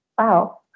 Wow